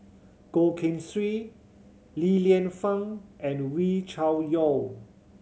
Goh Keng Swee Li Lienfung and Wee Cho Yaw